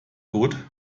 gut